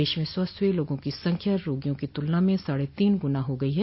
देश में स्वस्थ हुए लोगों की संख्या रोगियों की तुलना में साढ़े तीन गुना हो गयी है